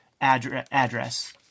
address